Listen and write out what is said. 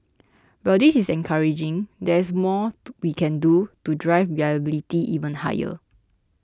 while this is encouraging there is more we can do to drive reliability even higher